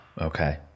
Okay